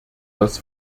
das